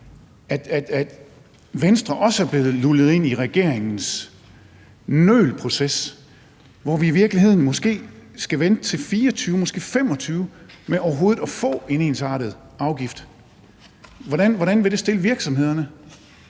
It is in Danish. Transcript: er Venstre så også blevet lullet ind i regeringens nølproces, hvor vi i virkeligheden måske skal vente til 2024, måske 2025, på overhovedet at få en ensartet afgift? Hvordan vil det stille virksomhederne,